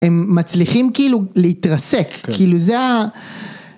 הם מצליחים כאילו להתרסק, כן, כאילו זה ה...